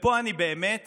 אני באמת